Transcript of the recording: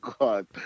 god